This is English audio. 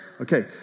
Okay